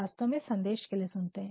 वास्तव में संदेश के लिए सुनते हैं